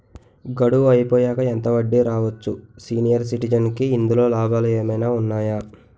గడువు అయిపోయాక ఎంత వడ్డీ రావచ్చు? సీనియర్ సిటిజెన్ కి ఇందులో లాభాలు ఏమైనా ఉన్నాయా?